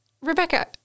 Rebecca